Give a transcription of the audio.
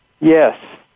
Yes